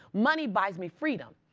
money buys me freedom.